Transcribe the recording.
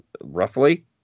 roughly